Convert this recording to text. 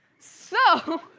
so,